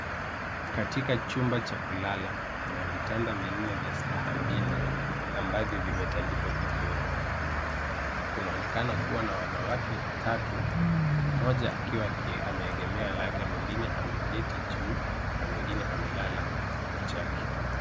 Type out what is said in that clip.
Katika chumba cha kulala, kuna vitanda vinne vya staha mbili ambavyo vimetandikwa vizuri. Kunaonekana kuwa na wanawake tatu mmoja akiwa ameegemea lake, mwingine ameketi juu na mwingine amelala kwa chake.